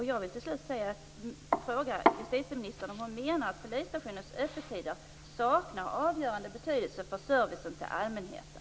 Jag vill slutligen fråga justitieministern om hon menar att polisstationers öppettider saknar avgörande betydelse för servicen till allmänheten.